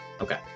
Okay